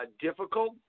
difficult